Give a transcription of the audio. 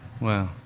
Wow